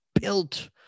built